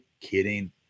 kidding